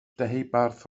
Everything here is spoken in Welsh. deheubarth